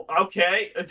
Okay